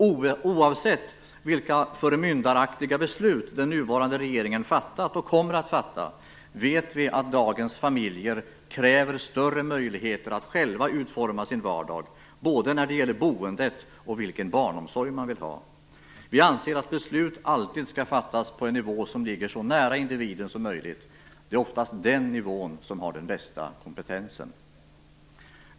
Oavsett vilka förmyndaraktiga beslut den nuvarande regeringen fattat och kommer att fatta vet vi att dagens familjer kräver större möjligheter att själva utforma sin vardag, både när det gäller boendet och vilken barnomsorg man vill ha. Vi anser att beslut alltid skall fattas på en nivå som ligger så nära individen som möjligt. Det är oftast den nivån som har den bästa kompetensen.